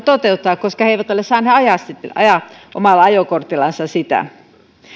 toteuttaa koska he eivät ole saaneet ajaa ajaa omalla ajokortillansa sitä